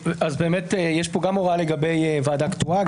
יש פה גם הוראה לגבי ועדה קטועה,